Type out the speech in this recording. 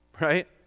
Right